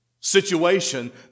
situation